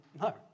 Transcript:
No